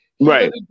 Right